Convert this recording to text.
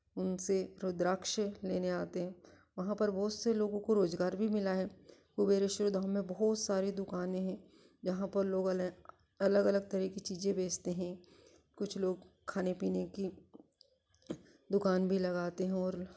उनसे रुद्राक्ष लेने आते हैं वहाँ पर बहुत से लोगों को रोजगार भी मिला है कुबेरेश्वर धाम में बहुत सारी दुकानें हैं जहाँ पर लोग अलग अलग अलग तरह की चीजें बेचते हैं कुछ लोग खाने पीने की दुकान भी लगाते हैं और